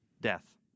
death